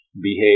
behave